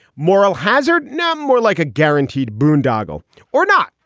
moral hazard now more like a guaranteed boondoggle or not,